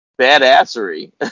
badassery